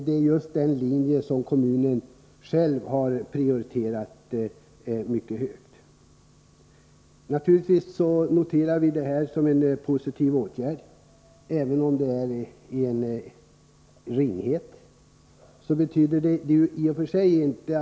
Det är just denna linje som kommunen själv har prioriterat mycket högt. Naturligtvis noterar vi detta som en positiv åtgärd, men eftersom det är en ringhet kan inte kommunen anse sig nöjd.